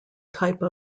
type